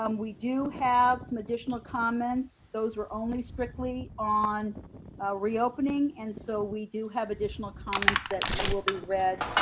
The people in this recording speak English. um we do have some additional comments. those are only strictly on reopening. and so we do have additional comments that will be read